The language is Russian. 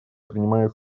принимает